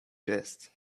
jest